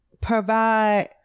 provide